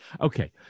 Okay